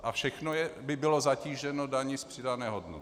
A všechno by bylo zatíženo daní z přidané hodnoty.